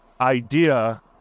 idea